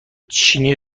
چینی